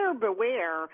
Beware